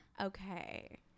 okay